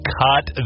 cut